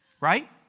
right